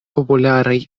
popularaj